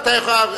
אתה יכול,